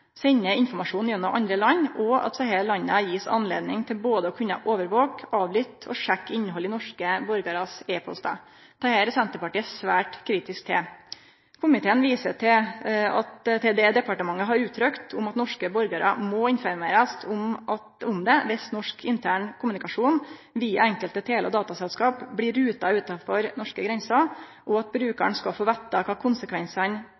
informasjon gjennom andre land, og at desse landa har anledning til både å kunne overvake, avlytte og sjekke innhaldet i norske borgarar sine e-postar. Dette er Senterpartiet svært kritisk til. Komiteen viser til det departementet har uttrykt, at norske borgarar må informerast om norsk intern kommunikasjon via enkelte tele- og dataselskap blir ruta utanfor norske grenser, og at brukaren skal få vite kva konsekvensane